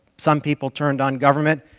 some people turned on government.